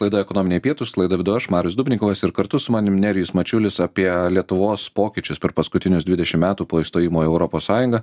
laida ekonominiai pietūs laidą vedu aš marius dubnikovas ir kartu su manim nerijus mačiulis apie lietuvos pokyčius per paskutinius dvidešimt metų po įstojimo į europos sąjungą